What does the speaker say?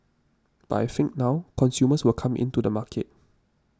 but I think now consumers will come in to the market